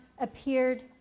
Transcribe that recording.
appeared